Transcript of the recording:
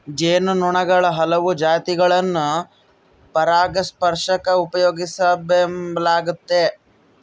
ಜೇನು ನೊಣುಗುಳ ಹಲವು ಜಾತಿಗುಳ್ನ ಪರಾಗಸ್ಪರ್ಷಕ್ಕ ಉಪಯೋಗಿಸೆಂಬಲಾಗ್ತತೆ